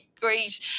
great